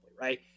right